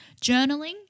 Journaling